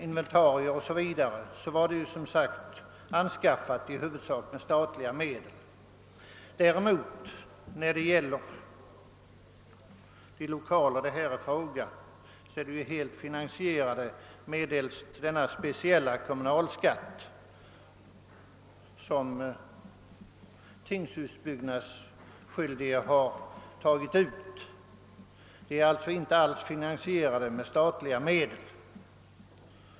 Inventarier o. d. hade som sagt anskaffats väsentligen med stat liga medel. De lokaler det nu är fråga om är däremot helt finansierade medelst den speciel! 'a kommunalskatt som tingshusbyggnadsskyldige har tagit ut. Statliga medel har alltså inte alls använts.